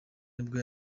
nibwo